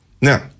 now